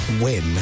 win